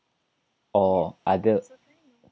or other